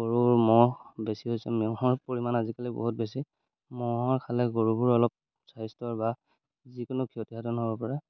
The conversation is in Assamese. গৰুৰ ম'হ বেছি হৈছে ম'হৰ পৰিমাণ আজিকালি বহুত বেছি ম'হৰ খালে গৰুবোৰ অলপ স্বাস্থ্যৰ বা যিকোনো ক্ষতিসাধন হ'ব পাৰে